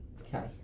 Okay